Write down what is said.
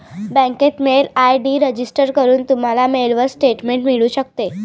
बँकेत mail ID register करून, तुम्हाला मेलवर स्टेटमेंट मिळू शकते